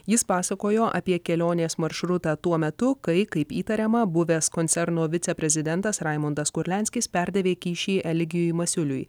jis pasakojo apie kelionės maršrutą tuo metu kai kaip įtariama buvęs koncerno viceprezidentas raimundas kurlianskis perdavė kyšį eligijui masiuliui